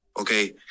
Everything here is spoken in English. Okay